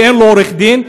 ואין לו עורך דין,